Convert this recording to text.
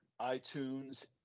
iTunes